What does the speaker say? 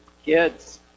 Kids